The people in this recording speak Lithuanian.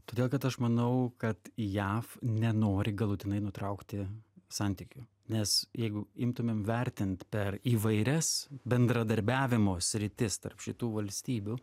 todėl kad aš manau kad jav nenori galutinai nutraukti santykių nes jeigu imtumėm vertint per įvairias bendradarbiavimo sritis tarp šitų valstybių